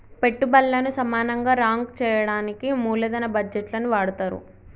పెట్టుబల్లను సమానంగా రాంక్ చెయ్యడానికి మూలదన బడ్జేట్లని వాడతరు